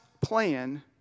plan